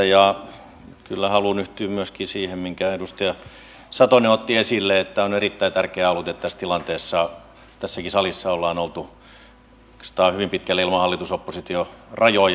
ja kyllä haluan yhtyä myöskin siihen minkä edustaja satonen otti esille että on erittäin tärkeää ollut että tässä tilanteessa tässäkin salissa ollaan oltu oikeastaan hyvin pitkälle ilman hallitusoppositio rajoja